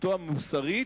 זכותו המוסרית,